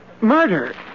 murder